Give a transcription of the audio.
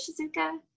Shizuka